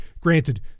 granted